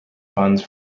funds